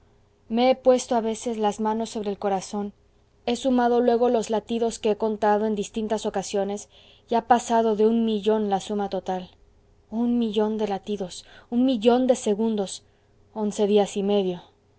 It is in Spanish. me he puesto a veces las manos sobre el corazón he sumado luego los latidos que he contado en distintas ocasiones y ha pasado de un millón la suma total un millón de latidos un millón de segundos once días y medio